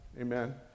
amen